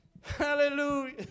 Hallelujah